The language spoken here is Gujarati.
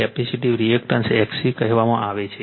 RL અને કેપેસિટીવ રિએક્ટન્સ XC કહેવામાં આવે છે